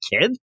kid